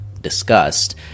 discussed